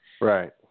Right